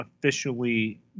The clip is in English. officially